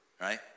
Right